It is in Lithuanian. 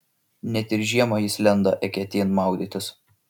net ir žiemą jis lenda eketėn maudytis